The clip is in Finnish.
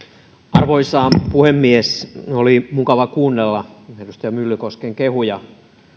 arvoisa puhemies oli mukava kuunnella edustaja myllykosken kehuja